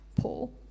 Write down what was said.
Paul